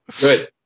good